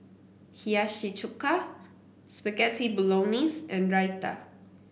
Hiyashi Chuka Spaghetti Bolognese and Raita